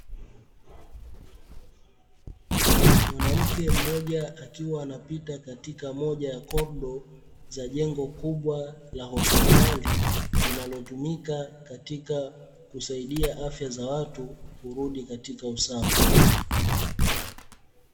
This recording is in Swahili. Mwanamke mmoja akiwa anapita katika moja ya korido za jengo kubwa la hospitali, linalotumika katika kusaidia afya za watu kurudi katika usawa.